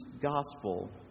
Gospel